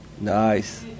Nice